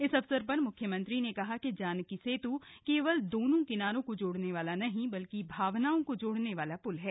इस अवसर पर म्ख्यमंत्री ने कहा कि जानकी सेत् केवल दोनों किनारों को जोड़ने वाला नहीं बल्कि भावनाओं को भी जोड़ने वाला है